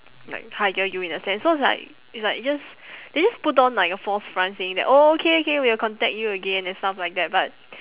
like hire you in a sense so it's like it's like just they just a put on like a false front saying that oh okay okay we will contact you again and stuff like that but